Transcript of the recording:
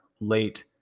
late